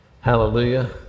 Hallelujah